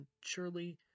surely